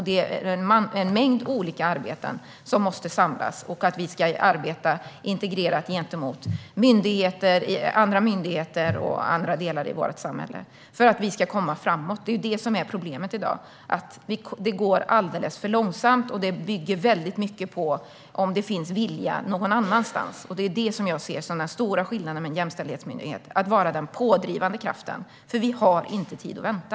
Det är en mängd olika arbeten som måste samlas, och vi ska arbeta integrerat gentemot andra myndigheter och andra delar i vårt samhälle för att komma framåt. Det är det som är problemet i dag - det går alldeles för långsamt, och det bygger mycket på om det finns vilja någon annanstans. Det är det som jag ser som den stora skillnaden med en jämställdhetsmyndighet, att vara den pådrivande kraften, för vi har inte tid att vänta.